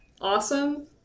Awesome